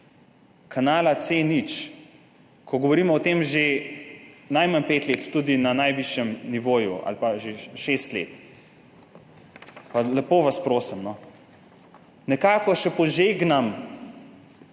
kanala C0, ko govorimo o tem že najmanj pet let, tudi na najvišjem nivoju, ali pa že šest let – pa lepo vas prosim, no. Nekako še požegnam